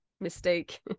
mistake